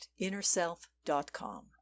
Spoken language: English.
InnerSelf.com